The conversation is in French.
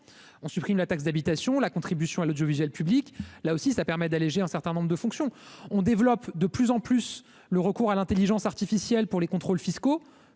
on supprime la taxe d'habitation, la contribution à l'audiovisuel public, là aussi, ça permet d'alléger un certain nombre de fonctions, on développe de plus en plus le recours à l'Intelligence artificielle pour les contrôles fiscaux,